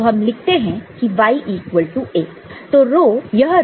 तो हम लिख सकते हैं कि Y इक्वल टू A है